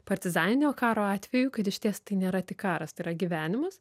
partizaninio karo atveju kad išties tai nėra tik karas tai yra gyvenimas